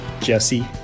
Jesse